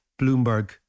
Bloomberg